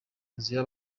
nzira